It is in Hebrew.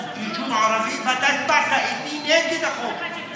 יישוב ערבי, ואתה הצבעת איתי נגד החוק.